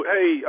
Hey